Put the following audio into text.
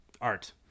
Art